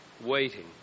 waiting